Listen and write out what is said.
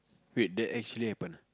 wait that actually happen ah